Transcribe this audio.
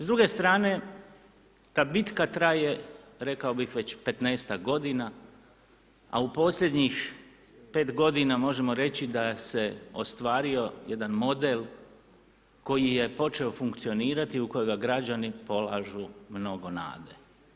S druge strane, ta bitka traje, rekao bih već 15-ak godina, a u posljednjih 5 godina možemo reći da se ostvario jedan model koji je počeo funkcionirati, u kojega građani polažu mnogo nade.